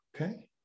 Okay